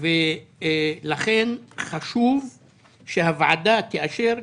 חשוב שהוועדה תאשר,